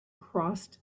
crossed